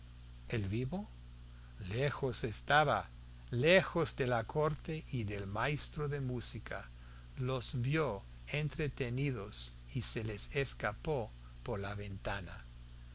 el vivo lejos estaba lejos de la corte y del maestro de música los vio entretenidos y se les escapó por la ventana